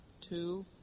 Two